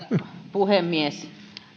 puhemies